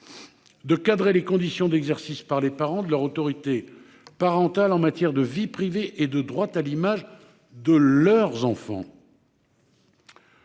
de cadrer les conditions d'exercice par les parents de leur autorité parentale en matière de vie privée et de droit à l'image de leurs enfants.